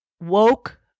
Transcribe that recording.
Woke